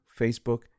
facebook